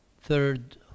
third